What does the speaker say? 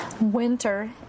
Winter